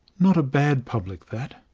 not a bad public, that.